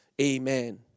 Amen